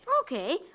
Okay